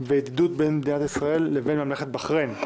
וידידות בין מדינת ישראל לבין ממלכת בחריין.